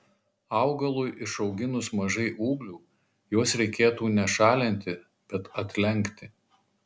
augalui išauginus mažai ūglių juos reikėtų ne šalinti bet atlenkti